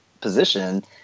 position